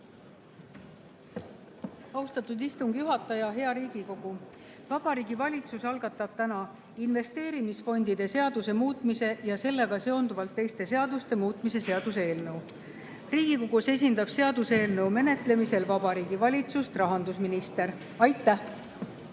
Austatud istungi juhataja! Hea Riigikogu! Vabariigi Valitsus algatab täna investeerimisfondide seaduse muutmise ja sellega seonduvalt teiste seaduste muutmise seaduse eelnõu. Riigikogus esindab seaduseelnõu menetlemisel Vabariigi Valitsust rahandusminister. Aitäh!